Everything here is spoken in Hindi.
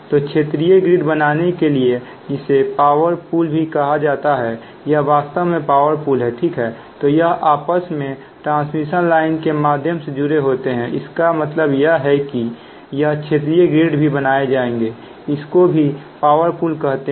तो क्षेत्रीय ग्रिड बनाने के लिए जिसे पावरपूल भी कहा जाता है यह वास्तव में पावरपूल है ठीक है तो यह आपस में ट्रांसमिशन लाइन के माध्यम से जुड़े होते हैं इसका मतलब यह है कि यह क्षेत्रीय ग्रिड भी बनाएंगे इसको भी पावरपूल कहते हैं